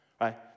right